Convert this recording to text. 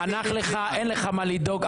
אם אתה רוצה שנדבר על פרעות.